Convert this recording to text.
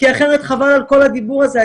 כי אחרת חבל על כל הדיבור הזה.